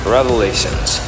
Revelations